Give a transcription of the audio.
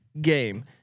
game